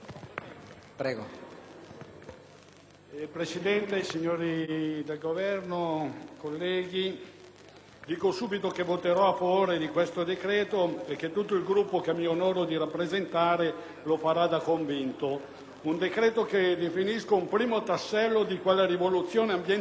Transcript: dico subito che voterò a favore di questo decreto e che tutto il Gruppo che mi onoro di rappresentare lo farà convintamente. Si tratta di un decreto che rappresenta un primo tassello della rivoluzione ambientale che la potente 13a Commissione, di cui faccio parte, si è prefissata di compiere